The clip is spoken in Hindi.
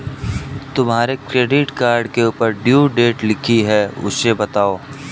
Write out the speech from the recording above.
तुम्हारे क्रेडिट कार्ड के ऊपर ड्यू डेट लिखी है उसे बताओ